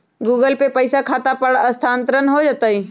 Google Pay से पईसा खाता पर स्थानानंतर हो जतई?